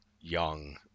young